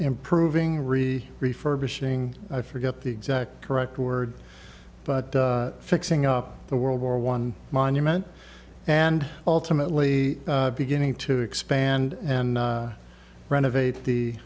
improving re refurbishing i forget the exact correct word but fixing up the world war one monument and ultimately beginning to expand and renovate the